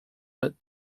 but